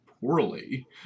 poorly